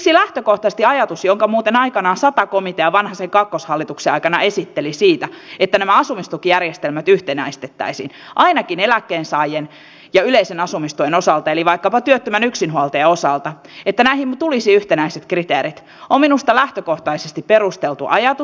siksi lähtökohtaisesti ajatus jonka muuten aikanaan sata komitea vanhasen kakkoshallituksen aikana esitteli että asumistukijärjestelmät yhtenäistettäisiin ainakin eläkkeensaajien ja yleisen asumistuen osalta eli vaikkapa työttömän yksinhuoltajan osalta että näihin tulisi yhtenäiset kriteerit on minusta lähtökohtaisesti perusteltu ajatus